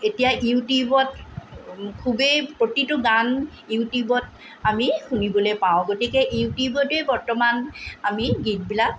এতিয়া ইউটিউবত খুবেই প্ৰতিটো গান ইউটিউবত আমি শুনিবলৈ পাওঁ গতিকে ইউটিউবতে বৰ্তমান আমি গীতবিলাক